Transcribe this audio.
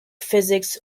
physics